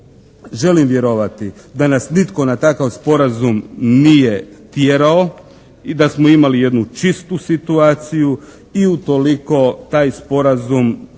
želim vjerovati da nas nitko na takav sporazum nije tjerao i da smo imali jednu čistu situaciju i utoliko taj sporazum